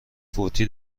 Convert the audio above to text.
فوتی